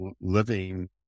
living